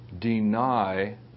deny